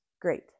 Great